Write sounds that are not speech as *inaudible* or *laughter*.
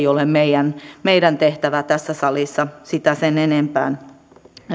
*unintelligible* ole meidän meidän tehtävämme tässä salissa sitä sen enempää